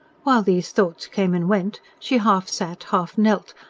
while these thoughts came and went, she half sat, half knelt,